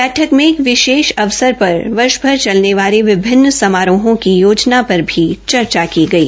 बैठक मे विशेष अवसर पर वर्ष भर चलने वाले विभिन्न समारोहों की योजना पर चर्चा की गई